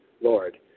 Lord